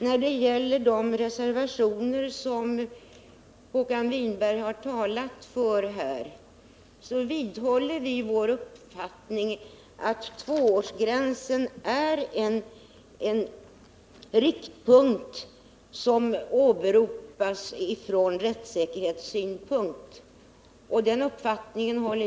När det gäller de reservationer som Håkan Winberg talat för vidhåller vi inom utskottets majoritet vår uppfattning att tvåårsgränsen bör vara en riktpunkt som åberopas ur rättssäkerhetssynpunkt.